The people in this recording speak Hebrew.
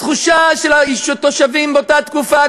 התחושה של התושבים באותה תקופה,